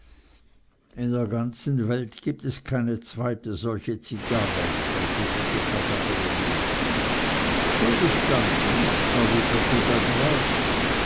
in der ganzen welt gibt es keine zweite solche zigarre versicherte papageno zugestanden erwiderte der graf